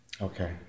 Okay